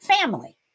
family